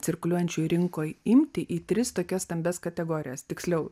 cirkuliuojančių rinkoj imtį į tris tokias stambias kategorijas tiksliau